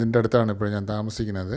നിൻ്റെ അടുത്താണ് ഇപ്പോഴ് ഞാൻ താമസിക്കണത്